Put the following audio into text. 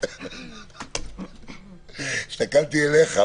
הסתכלתי אליך,